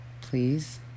please